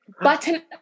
button